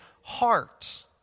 heart